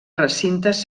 recintes